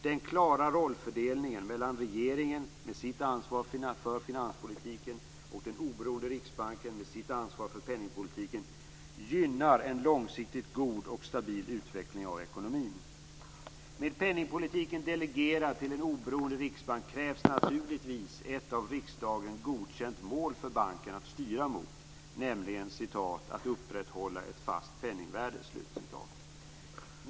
Den klara rollfördelningen mellan regeringen - med sitt ansvar för finanspolitiken - och den oberoende riksbanken - med sitt ansvar för penningpolitiken - gynnar en långsiktigt god och stabil utveckling av ekonomin. Med penningpolitiken delegerad till en oberoende riksbank krävs naturligtvis ett av riksdagen godkänt mål för banken att styra mot, nämligen "att upprätthålla ett fast penningvärde".